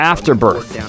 Afterbirth